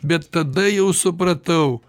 bet tada jau supratau